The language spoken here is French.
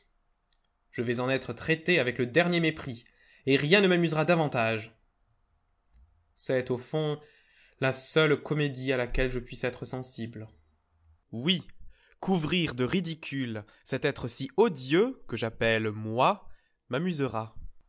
je vais en être traité avec le dernier mépris et rien ne m'amusera davantage c'est au fond la seule comédie à laquelle je puisse être sensible oui couvrir de ridicule cet être si odieux que j'appelle moi m'amusera